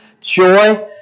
joy